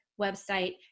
website